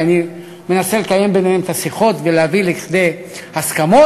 כי אני מנסה לקיים ביניהם את השיחות ולהביא לכדי הסכמות,